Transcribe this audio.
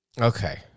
Okay